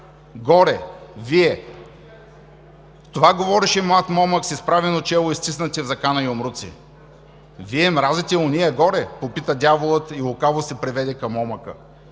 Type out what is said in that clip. горе, вие... Това говореше млад момък, с изправено чело и стиснати в закана юмруци. – Вие мразите ония горе? – попита Дяволът и лукаво се приведе към момъка.